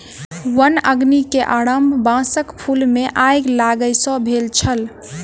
वन अग्नि के आरम्भ बांसक फूल मे आइग लागय सॅ भेल छल